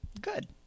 Good